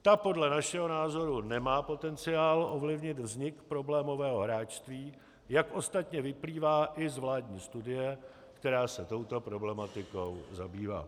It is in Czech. Ta podle našeho názoru nemá potenciál ovlivnit vznik problémového hráčství, jak ostatně vyplývá i z vládní studie, která se touto problematikou zabývá.